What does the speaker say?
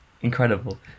incredible